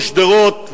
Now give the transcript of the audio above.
שדרות,